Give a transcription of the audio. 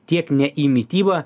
tiek ne į mitybą